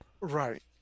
Right